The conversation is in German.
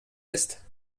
ist